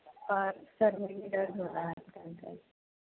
اور سر میں بھی درد ہو رہا ہے ہلکا ہلکا